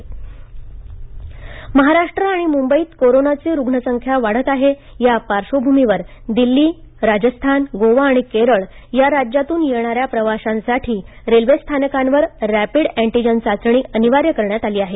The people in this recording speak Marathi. रॅपिड अँटिजन चाचणी महाराष्ट्र आणि मुंबईत कोरोनाची रुग्णसंख्या वाढत आहे या पार्श्वभूमीवर दिल्ली राजस्थान गोवा आणि केरळ या राज्यातून येणाऱ्या प्रवाशांसाठी रेल्वे स्थानकांवर रॅपिड अँटिजन चाचणी अनिवार्य करण्यात आली आहे